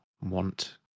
want